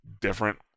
different